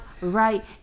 right